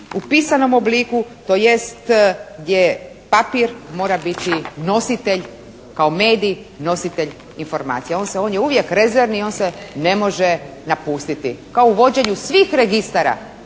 u pisanom obliku tj. gdje papir mora biti nositelj kao medij nositelj informacije. On se, on je uvijek rezervni i on se ne može napustiti. Kao u vođenju svih registara